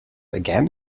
again